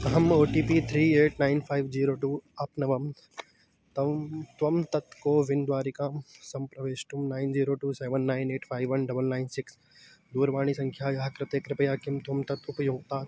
अहम् O T P three eight nine five zero two आप्नवम् त्वं त्वं तत् कोविन् द्वारिकां सम्प्रवेष्टुं nine zero two seven nine eight five one double nine six दूर्वाणीसङ्ख्यायाः कृते कृपया किं त्वं तत् उपयुङ्क्तात्